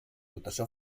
dotació